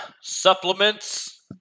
supplements